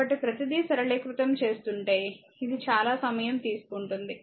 కాబట్టి ప్రతిదీ సరళీకృతం చేస్తుంటే ఇది చాలా సమయం తెలుసుకుంటుంది